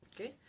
Okay